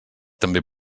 també